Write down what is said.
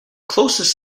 closest